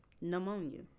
pneumonia